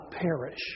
perish